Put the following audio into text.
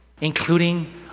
including